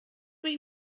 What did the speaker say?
mich